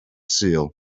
sul